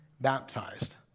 baptized